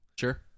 sure